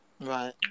Right